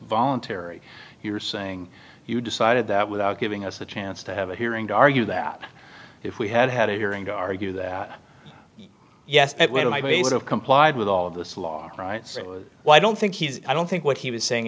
voluntary you're saying you decided that without giving us a chance to have a hearing to argue that if we had had a hearing to argue that yes i have complied with all of this law right well i don't think he's i don't think what he was saying